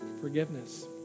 forgiveness